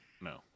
No